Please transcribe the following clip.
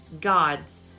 God's